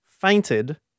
fainted